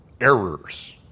errors